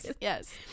yes